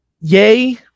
Yay